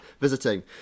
visiting